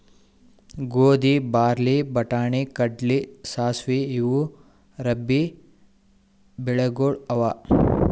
ಗೋಧಿ, ಬಾರ್ಲಿ, ಬಟಾಣಿ, ಕಡ್ಲಿ, ಸಾಸ್ವಿ ಇವು ರಬ್ಬೀ ಬೆಳಿಗೊಳ್ ಅವಾ